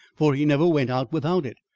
for he never went out without it,